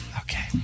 Okay